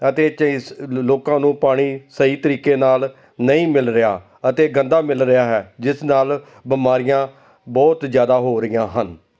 ਅਤੇ ਅਤੇ ਇਸ ਲੋਕਾਂ ਨੂੰ ਪਾਣੀ ਸਹੀ ਤਰੀਕੇ ਨਾਲ ਨਹੀਂ ਮਿਲ ਰਿਹਾ ਅਤੇ ਗੰਦਾ ਮਿਲ ਰਿਹਾ ਹੈ ਜਿਸ ਨਾਲ ਬਿਮਾਰੀਆਂ ਬਹੁਤ ਜ਼ਿਆਦਾ ਹੋ ਰਹੀਆਂ ਹਨ